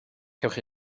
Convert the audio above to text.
cewch